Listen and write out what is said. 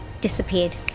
disappeared